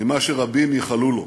ממה שרבים ייחלו לו: